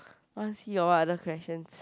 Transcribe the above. wanna see or what other questions